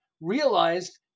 realized